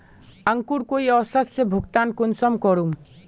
अंकूर कई औसत से भुगतान कुंसम करूम?